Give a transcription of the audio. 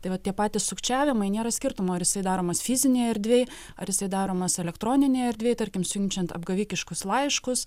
tai va tie patys sukčiavimai nėra skirtumo ar jisai daromas fizinėj erdvėj ar jisai daromas elektroninėj erdvėj tarkim siunčiant apgavikiškus laiškus